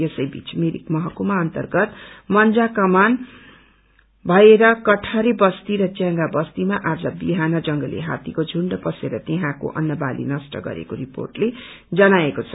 यसैबीच मिरिक महकूमा अन्तगत मंजा कमान भएर कटहो बस्ती र च्यांग बस्तीमा आज विहान जंगली हात्तीको झूण्ड पसेर त्यहाँको अन्नावाली नष्ट गरेको रिर्पेटले जनाएको छ